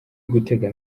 gutega